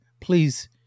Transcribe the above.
please